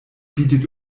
bietet